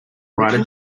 rider